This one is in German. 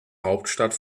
hauptstadt